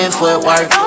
footwork